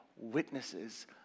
witnesses